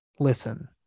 listen